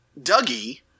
Dougie